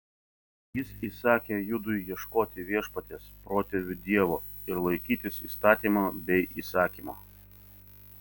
jis įsakė judui ieškoti viešpaties protėvių dievo ir laikytis įstatymo bei įsakymo